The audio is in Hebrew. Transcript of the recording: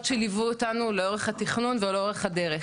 שליוו אותנו לאורך התכנון ולאורך הדרך,